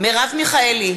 מרב מיכאלי,